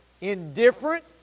indifferent